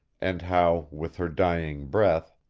and how, with her dying breath,